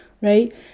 right